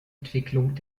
entwicklung